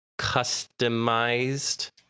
customized